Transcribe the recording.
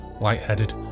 lightheaded